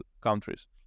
countries